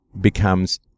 becomes